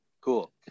Cool